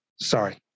Sorry